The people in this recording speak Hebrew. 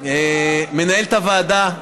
מנהלת הוועדה,